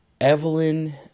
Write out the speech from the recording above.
Evelyn